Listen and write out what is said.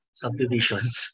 subdivisions